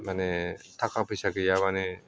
माने थाखा फैसा गैयाबानो